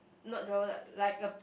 not drawer like like a